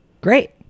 great